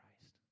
Christ